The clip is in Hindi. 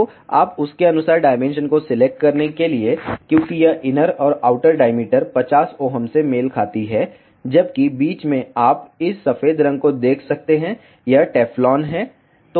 तो आप उसके अनुसार डायमेंशन को सिलेक्ट करने के लिए है क्योंकि यह इनर और आउटर डाईमीटर 50Ω से मेल खाती है जबकि बीच में आप इस सफेद रंग को देख सकते हैं यह टेफ्लोन है